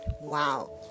Wow